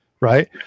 right